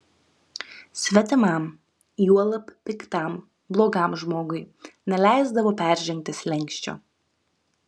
svetimam juolab piktam blogam žmogui neleisdavo peržengti slenksčio